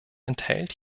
enthält